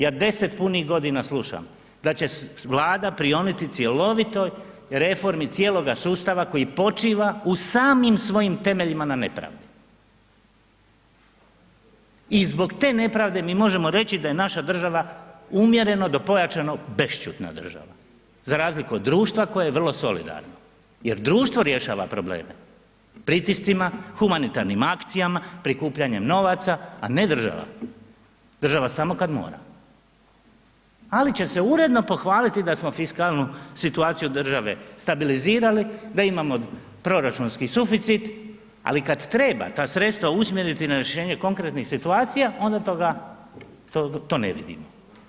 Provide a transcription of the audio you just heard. Ja 10 punih godina slušam da će Vlada prioniti cjelovitoj reformi cijeloga sustava koji počiva u samim svojim temeljima na nepravdi i zbog te nepravde mi možemo reći da je naša država umjereno do pojačano bešćutna država za razliku od društva koje je vrlo solidarno jer društvo rješava probleme pritiscima, humanitarnim akcijama, prikupljanjem novaca, a ne država, država samo kad mora, ali će se uredno pohvaliti da smo fiskalnu situaciju države stabilizirali, da imamo proračunski suficit, ali kad treba ta sredstva usmjeriti na rješenje konkretnih situacija, onda toga, to ne vidimo.